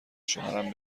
شوهرم